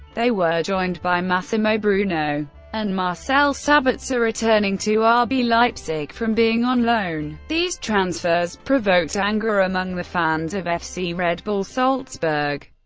they were joined by massimo bruno and marcel sabitzer, returning to ah rb leipzig from being on loan. these transfers provoked anger among the fans of fc red bull salzburg.